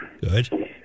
Good